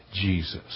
Jesus